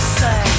say